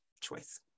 choice